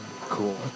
Cool